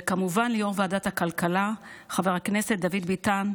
וכמובן ליו"ר ועדת הכלכלה חבר הכנסת דוד ביטן,